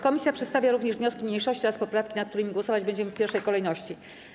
Komisja przedstawia również wnioski mniejszości oraz poprawki, nad którymi głosować będziemy w pierwszej kolejności.